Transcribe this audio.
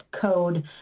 code